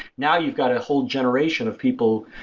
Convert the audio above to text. now you've got a whole generation of people,